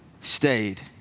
stayed